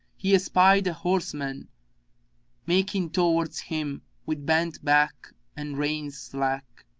he espied a horseman making towards him with bent back and reins slack.